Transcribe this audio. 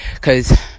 Cause